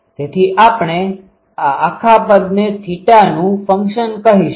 તેથી આપણે આ આખા પદને θનુ ફંક્શન કહીશું